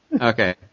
Okay